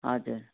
हजुर